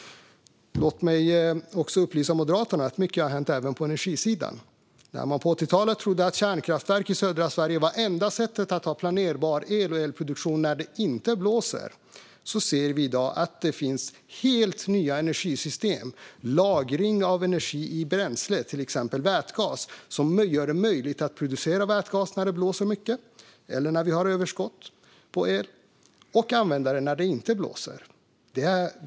Låt mig upplysa Moderaterna om att mycket har hänt även på energisidan. På 80-talet trodde man att kärnkraftverk i södra Sverige var det enda sättet att ha planerbar el och elproduktion när det inte blåser, men i dag ser vi att det finns helt nya energisystem. Lagring av energi i bränsle, till exempel vätgas, gör det möjligt att producera energi när det blåser mycket eller när vi har överskott på el och använda den när det inte blåser.